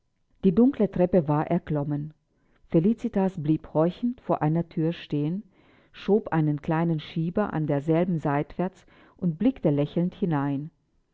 die dunkle treppe war erklommen felicitas blieb horchend vor einer thür stehen schob einen kleinen schieber an derselben seitwärts und blickte lächelnd hinein